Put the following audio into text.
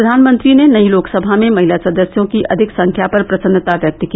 प्रधानमंत्री ने नई लोकसभा में महिला सदस्यों की अधिक संख्या पर प्रसन्नता व्यक्त की